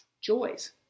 joys